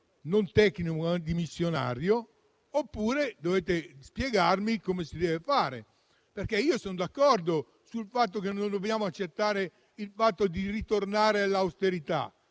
non tecnico ma dimissionario, oppure dovete spiegarmi come si deve fare. Io sono d'accordo sul fatto che non dobbiamo accettare di ritornare all'austerità,